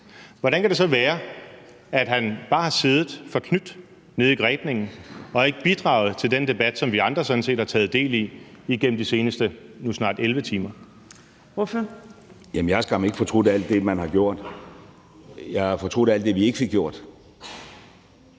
hvordan kan det så være, at man bare har siddet forknyt nede i grebningen og ikke har bidraget til den debat, som vi andre sådan set har taget del i igennem de seneste nu snart 11 timer? Kl. 19:56 Anden næstformand (Trine Torp): Ordføreren. Kl. 19:56 Lars Løkke